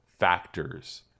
factors